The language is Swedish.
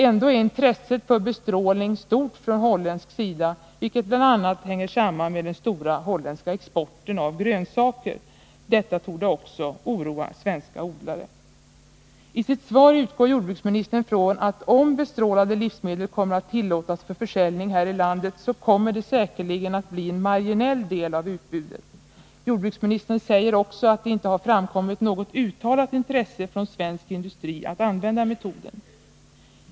Ändå är intresset för bestrålning stort från holländsk sida, vilket bl.a. sammanhänger med den stora holländska exporten av grönsaker. Detta torde också oroa svenska odlare. I sitt svar utgår jordbruksministern från att om bestrålade livsmedel kommer att tillåtas för försäljning här i landet, så kommer det säkerligen att bli en marginell del av utbudet. Jordbruksministern säger också att det inte har framkommit något uttalat intresse från svensk industri att använda metoden.